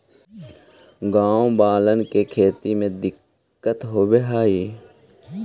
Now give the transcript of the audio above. गाँव वालन के खेती में दिक्कत होवऽ हई